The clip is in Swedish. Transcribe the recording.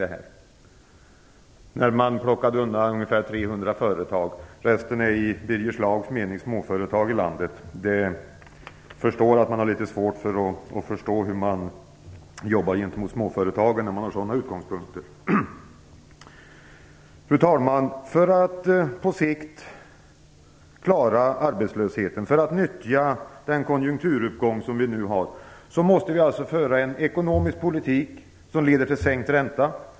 Man undantog ungefär 300 företag. Resten av företagen i landet är enligt Birger Schlaugs mening småföretag. Jag inser att man har litet svårt att förstå hur man jobbar gentemot småföretagen när man har sådana utgångspunkter. Fru talman! För att på sikt klara av att bemästra arbetslösheten och för att nyttja konjunkturuppgången måste vi föra en ekonomisk politik som leder till sänkt ränta.